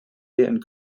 and